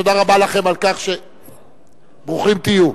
תודה רבה לכם, ברוכים תהיו.